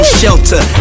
shelter